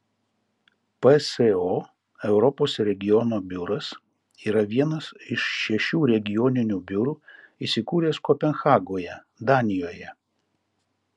pso europos regiono biuras yra vienas iš šešių regioninių biurų įsikūręs kopenhagoje danijoje